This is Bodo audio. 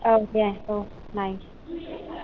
औ दे औ नायसै